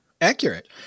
Accurate